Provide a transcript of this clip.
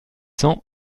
cents